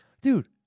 Dude